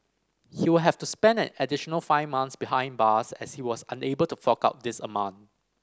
he will have to spend an additional five months behind bars as he was unable to fork out this amount